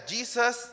Jesus